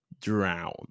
drown